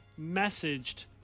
messaged